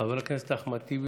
חבר הכנסת אחמד טיבי,